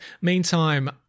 meantime